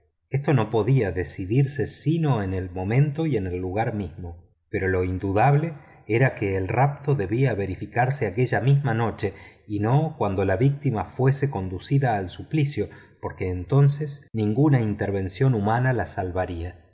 esto no podía decidirse sino en el momento y en el lugar mismo pero lo indudable era que el rapto debía verificarse aquella misma noche y no cuando la víctima fuese conducida al suplicio porque entonces ninguna intervención humana la salvaría